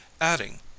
adding